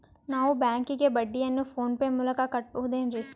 ನಾವು ಬ್ಯಾಂಕಿಗೆ ಬಡ್ಡಿಯನ್ನು ಫೋನ್ ಪೇ ಮೂಲಕ ಕಟ್ಟಬಹುದೇನ್ರಿ?